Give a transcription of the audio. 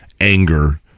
anger